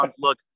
look